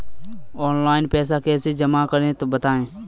Online पैसा कैसे जमा करें बताएँ?